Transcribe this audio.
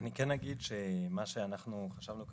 אגיד שמה שאנחנו חשבנו כממשלה,